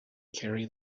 carry